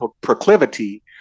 proclivity